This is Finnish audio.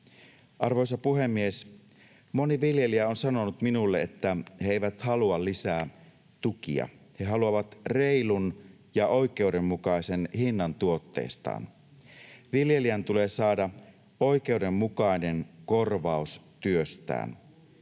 Arvoisa puhemies! Moni viljelijä on sanonut minulle, että he eivät halua lisää tukia, he haluavat reilun ja oikeudenmukaisen hinnan tuotteistaan. Viljelijän tulee saada oikeudenmukainen korvaus työstään.